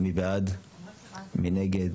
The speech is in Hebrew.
זה בעצם מה שאתה